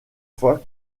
fois